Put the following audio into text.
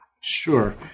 Sure